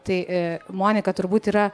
tai monika turbūt yra